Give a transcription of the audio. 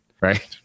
right